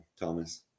Thomas